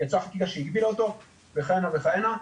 יצאה חקיקה שהגבילה אותו וכהינה וכהנה,